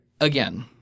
Again